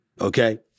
Okay